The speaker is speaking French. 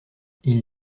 ils